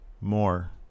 More